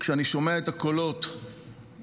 כשאני שומע את הקולות מצרפת,